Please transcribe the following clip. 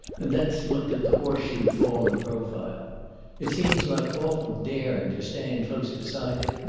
and thence looked at the horse-shoe fall in profile it seems like awful daring to stand close beside it,